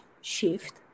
shift